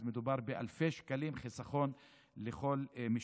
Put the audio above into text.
אז מדובר באלפי שקלים חיסכון לכל משפחה.